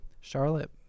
Charlotte